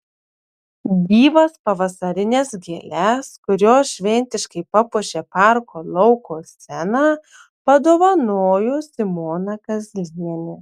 gyvas pavasarines gėles kurios šventiškai papuošė parko lauko sceną padovanojo simona kazlienė